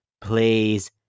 please